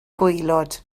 gwaelod